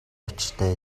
учиртай